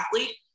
athlete